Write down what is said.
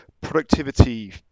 productivity